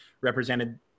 represented